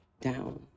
down